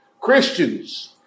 Christians